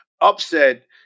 upset